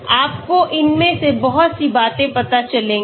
आपको इनमें से बहुत सी बातें पता चलेंगी